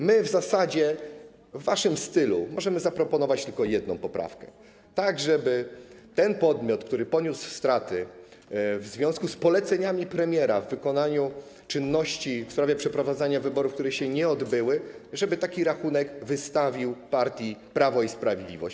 My w zasadzie, w waszym stylu, możemy zaproponować tylko jedną poprawkę - żeby ten podmiot, który poniósł straty w związku z poleceniami premiera w wykonaniu czynności w sprawie przeprowadzania wyborów, które się nie odbyły, wystawił rachunek partii Prawo i Sprawiedliwość.